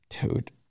Dude